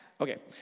Okay